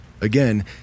Again